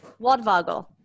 Waldvogel